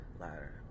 ladder